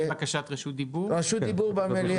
בקשת רשות דיבור במליאה.